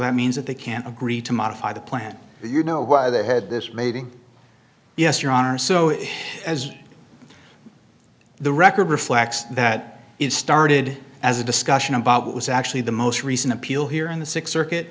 that means that they can agree to modify the plan but you know why they had this maybe yes your honor so as the record reflects that it started as a discussion about what was actually the most recent appeal here in the six circuit